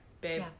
babe